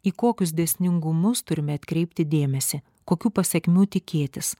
į kokius dėsningumus turime atkreipti dėmesį kokių pasekmių tikėtis